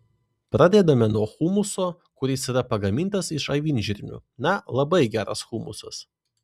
pradedame nuo humuso kuris yra pagamintas iš avinžirnių na labai geras humusas